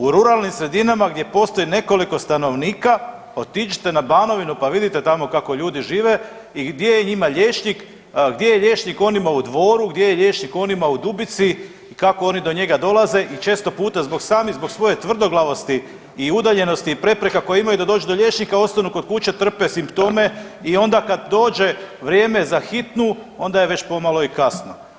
U ruralnim sredinama gdje postoji nekoliko stanovnika, otiđite na Banovinu pa vidite tamo kako ljudi žive i gdje je njima liječnik, gdje je liječnik onima u Dvoru, gdje je liječnik onima u Dubici i kako oni do njega dolaze i često puta sami zbog svoje tvrdoglavosti i udaljenosti i prepreka koje imaju da dođu do liječnika ostanu kod kuće, trpe simptome i onda kad dođe vrijeme za hitnu onda je već pomalo i kasno.